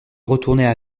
retournaient